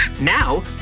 Now